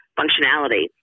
functionality